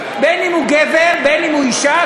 בין אם הוא גבר ובין אם הוא אישה,